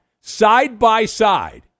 side-by-side